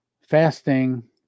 Fasting